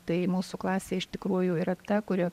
tai mūsų klasė iš tikrųjų yra ta kurio